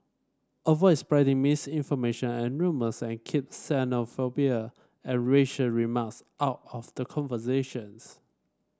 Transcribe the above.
avoid spreading misinformation and rumours and keep xenophobia and racial remarks out of the conversations